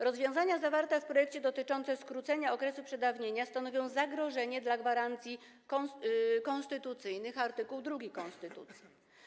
Rozwiązania zawarte w projekcie dotyczące skrócenia okresu przedawnienia stanowią zagrożenie dla gwarancji konstytucyjnych, art. 2 konstytucji.